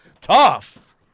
Tough